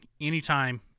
anytime